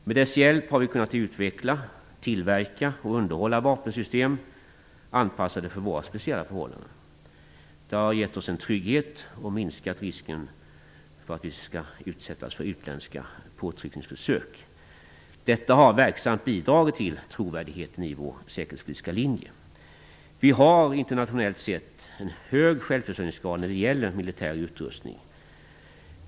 Med dess hjälp har vi kunnat utveckla, tillverka och underhålla vapensystem anpassade för våra speciella förhållanden. Det har gett oss en trygghet och minskat risken för att vi skall utsättas för utländska påtryckningsförsök. Detta har verksamt bidragit till trovärdigheten i vår säkerhetspolitiska linje. Vi har internationellt sett en hög självförsörjningsgrad när det gäller militär utrustning.